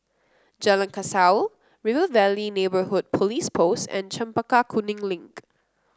Jalan Kasau River Valley Neighbourhood Police Post and Chempaka Kuning Link